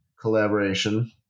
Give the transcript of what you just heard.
collaboration